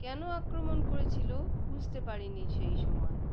কেন আক্রমণ করেছিল বুঝতে পারিনি সেই সময়